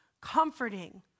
comforting